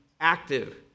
active